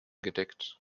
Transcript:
gedeckt